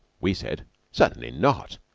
we said certainly not,